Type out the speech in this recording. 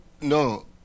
No